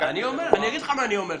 אני אגיד לך מה אני אומר.